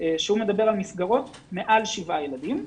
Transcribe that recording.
והוא מדבר על מסגרות מעל שבעה ילדים.